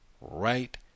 right